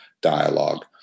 dialogue